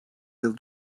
yıl